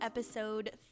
episode